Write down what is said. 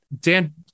Dan